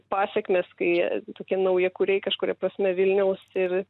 pasekmės kai tokie naujakuriai kažkuria prasme vilniaus ir